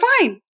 fine